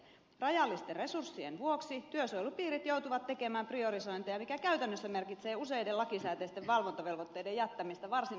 rajallisten resurssiensa vuoksi työsuojelupiirit joutuvat tekemään priorisointeja mikä käytännössä merkitsee useiden lakisääteisten valvontavelvoitteiden jäämistä varsin vähälle huomiolle